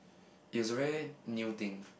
is a very new thing